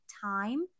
time